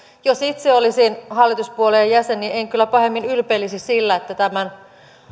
jos itse olisin hallituspuolueen jäsen niin en kyllä pahemmin ylpeilisi sillä että tämän